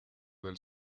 del